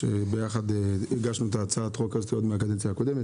שביחד הגשנו את הצעת החוק הזו בקדנציה הקודמת.